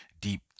deep